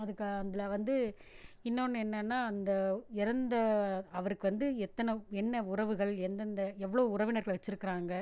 அதுக்கு அதில் வந்து இன்னொன்னு என்னன்னா அந்த இறந்த அவருக்கு வந்து எத்தனை என்ன உறவுகள் எந்தெந்த எவ்வளோ உறவினர்களை வச்சிருக்குறாங்கள்